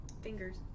Fingers